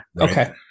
Okay